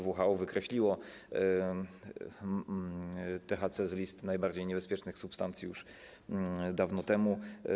WHO wykreśliło THC z list najbardziej niebezpiecznych substancji już dawno temu.